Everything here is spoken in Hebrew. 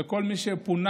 וכל מי שפונה,